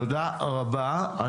תודה רבה.